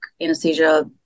anesthesia